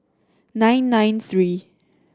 nine nine three